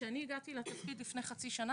כשהגעתי לתפקיד לפני חצי שנה,